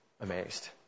amazed